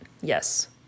Yes